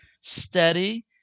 steady